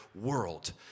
world